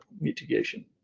mitigation